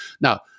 Now